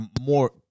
more